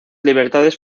libertades